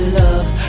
love